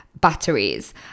batteries